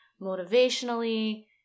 motivationally